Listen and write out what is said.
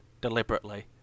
deliberately